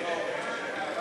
גברתי השרה, שרים, חברי הכנסת,